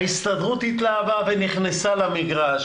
וההסתדרות התלהבה ונכנסה למגרש.